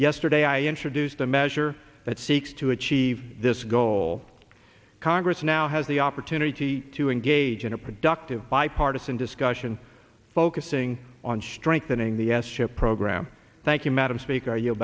yesterday i introduced a measure that seeks to achieve this goal congress now has the opportunity to engage in a productive bipartisan discussion focusing on strengthening the s chip program thank you madam speak